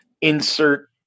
insert